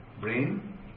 brain